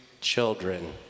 children